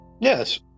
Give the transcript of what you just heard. Yes